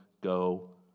go